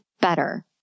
better